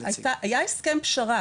היה הסכם פשרה